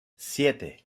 siete